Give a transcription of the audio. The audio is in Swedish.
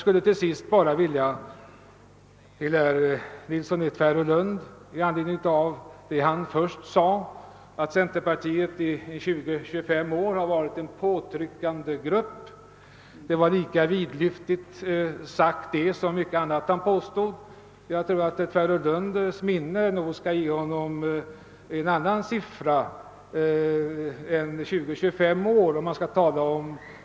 Herr Nilsson i Tvärålund sade att centerpartiet i 20—25 år har varit en pådrivande grupp på det här området. Det var lika vidlyftigt sagt som mycket annat av det han påstod.